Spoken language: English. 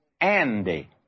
Andy